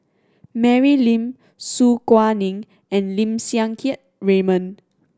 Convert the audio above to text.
Mary Lim Su Guaning and Lim Siang Keat Raymond